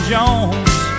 Jones